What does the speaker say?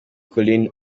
collines